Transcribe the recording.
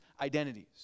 identities